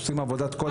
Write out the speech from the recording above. אתם עושים עבודת קודש.